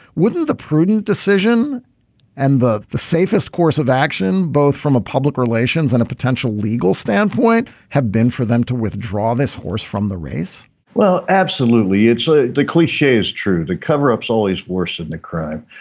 wouldn't the prudent decision and the the safest course of action both from a public relations and a potential legal standpoint have been for them to withdraw this horse from the race well absolutely it's ah the cliche is true the cover ups always worse than the crime.